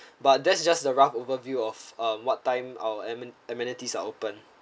but that's just the rough overview of uh what time our amen~ amenities are open